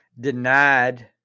denied